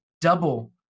double